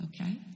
Okay